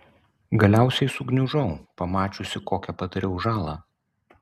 galiausiai sugniužau pamačiusi kokią padariau žalą